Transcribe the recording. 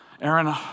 Aaron